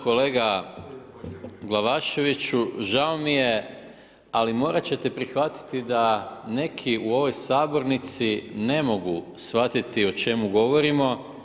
Kolega Glavaševiću, žao mi je ali morat će te prihvatiti da neki u ovoj Sabornici ne mogu shvatiti o čemu govorimo.